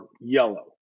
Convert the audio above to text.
yellow